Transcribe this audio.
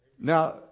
Now